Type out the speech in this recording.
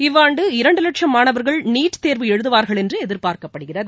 இவ்வாண்டு இரண்டு லட்சம் மாணவர்கள் நீட் தேர்வு எழுதுவார்கள் என்று எதிர்பார்க்கப்படுகிறது